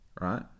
right